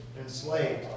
enslaved